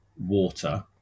water